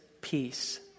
peace